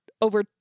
over